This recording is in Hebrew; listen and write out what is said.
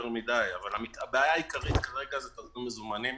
הבעיה העיקרית זה תזרים מזומנים.